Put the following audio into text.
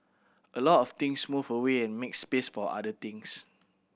a lot of things move away and make space for other things